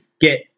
Get